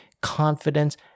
confidence